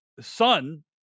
son